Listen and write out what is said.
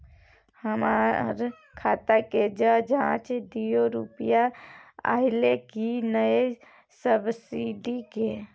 हमर खाता के ज जॉंच दियो रुपिया अइलै की नय सब्सिडी के?